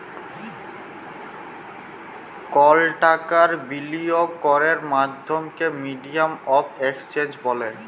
call টাকার বিলিয়গ ক্যরের মাধ্যমকে মিডিয়াম অফ এক্সচেঞ্জ ব্যলে